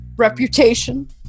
reputation